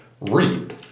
reap